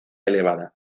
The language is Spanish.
elevada